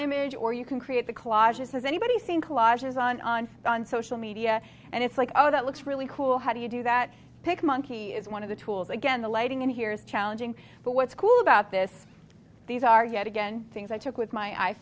image or you can create the collages has anybody seen collages on on on social media and it's like oh that looks really cool how do you do that pic monkey is one of the tools again the lighting in here is challenging but what's cool about this these are yet again things i took with my i